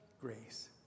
grace